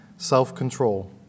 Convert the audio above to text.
self-control